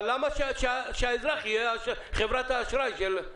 אבל למה שהאזרח יהיה חברת האשראי של העסקים?